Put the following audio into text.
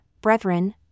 brethren